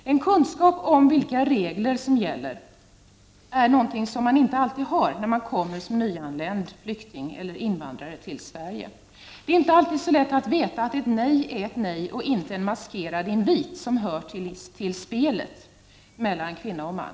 Man har inte alltid kunskap om vilka regler som gäller när man är nyanländ flykting eller invandrare i Sverige. Det är inte alltid så lätt att veta att ett nej är ett nej, och inte en maskerad invit som hör till spelet mellan kvinnor och män.